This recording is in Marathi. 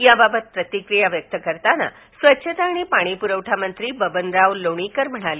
या बाबत प्रतिक्रिया व्यक्त करताना स्वच्छता आणि पाणी पुरवठा मंत्री बबनराव लोणीकर म्हणाले